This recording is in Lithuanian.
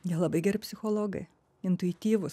jie labai geri psichologai intuityvūs